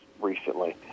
recently